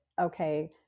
okay